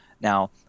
Now